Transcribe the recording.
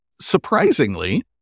Surprisingly